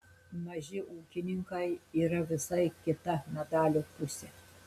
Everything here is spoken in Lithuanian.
maži ūkininkai yra visai kita medalio pusė